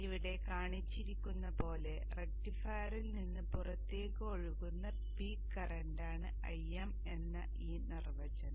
ഇവിടെ കാണിച്ചിരിക്കുന്നതുപോലെ റക്റ്റിഫയറിൽ നിന്ന് പുറത്തേക്ക് ഒഴുകുന്ന പീക്ക് കറന്റാണ് Im എന്ന ഈ നിർവചനം